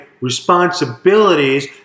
responsibilities